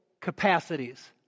capacities